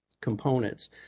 components